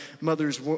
mother's